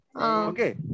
Okay